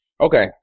okay